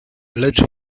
lecz